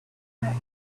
that